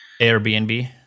Airbnb